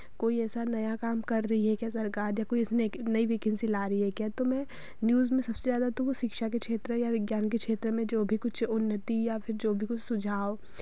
कोई ऐसा नया काम कर रही है क्या सरकार या कोई नई वैकेंसी ला रही है क्या न्यूज़ में सबसे ज़्यादा तो वो शिक्षा के क्षेत्र या विज्ञान के क्षेत्र में जो भी कुछ उन्नति या फिर जो भी कुछ सुझाव